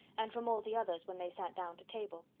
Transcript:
and from all the others when they sat down to table.